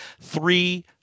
three